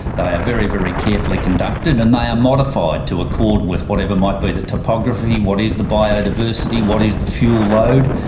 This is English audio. very, very carefully conducted, and they are modified to accord with whatever might be the topography, what is the biodiversity, what is the fuel load.